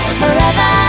forever